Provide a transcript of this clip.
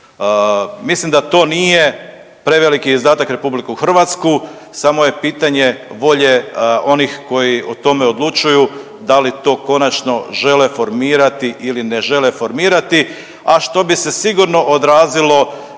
Mislim da to nije preveliki izdatak RH samo je pitanje volje onih koji o tome odlučuju da li to konačno žele formirati ili ne žele formirati, a što bi se sigurno odrazilo